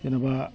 जेन'बा